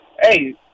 hey